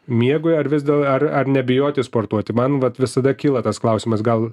miegui ar vis dėl ar ar nebijoti sportuoti man vat visada kyla tas klausimas gal